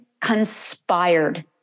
conspired